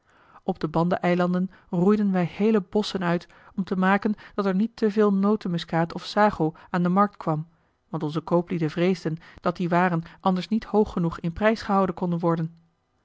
op de banda eilanden roeiden wij heele bosschen uit om te maken dat er niet te veel notemuskaat of sago aan de markt kwam want onze kooplieden vreesden dat die waren anders niet hoog genoeg in prijs gehouden konden worden